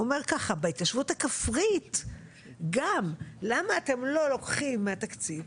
בהתיישבות הכפרית למה אתם לא לוקחים מהתקציב,